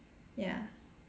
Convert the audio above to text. ya